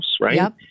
Right